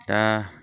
दा